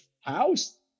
house